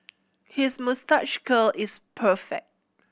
his moustache curl is perfect